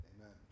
Amen